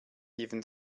even